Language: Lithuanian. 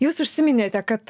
jūs užsiminėte kad